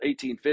1850